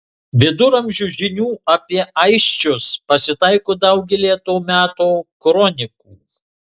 viduramžio žinių apie aisčius pasitaiko daugelyje to meto kronikų